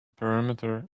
perimeter